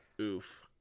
Oof